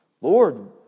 Lord